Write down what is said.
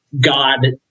God